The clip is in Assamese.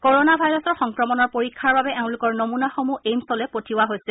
কৰোনা ভাইৰাছৰ সংক্ৰমণৰ পৰীক্ষাৰ বাবে এওঁলোকৰ নমুনাসমূহ এইমছলৈ পঠিওৱা হৈছিল